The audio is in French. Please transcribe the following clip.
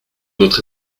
notre